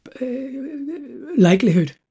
likelihood